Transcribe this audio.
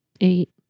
eight